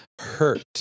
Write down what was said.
hurt